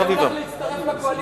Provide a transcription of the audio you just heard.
אולי הוא הולך להצטרף לקואליציה.